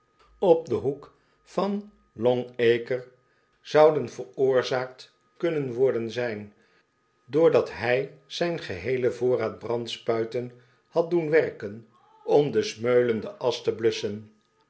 op den hoek van longacre zouden veroorzaakt kunnen geworden zijn doordat hij zijn geheelen voorraad brandspuiten had doen werken om de smeulende asch te blusschen